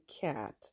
cat